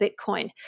Bitcoin